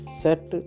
set